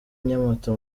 nyamata